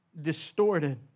distorted